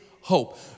hope